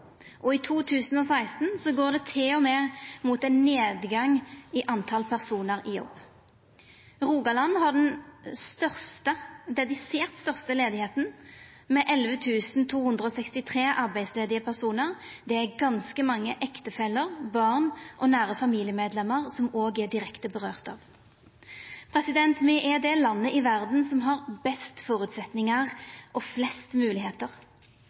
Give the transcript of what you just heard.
Og i 2016 går det til og med mot ein nedgang i talet på personar i jobb. Rogaland har den desidert største ledigheita, med 11 263 arbeidsledige personar. Det er òg ganske mange ektefellar, barn og nære familiemedlemer det får direkte følger for. Noreg er det landet i verda som har best føresetnader og flest